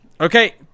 Okay